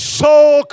soul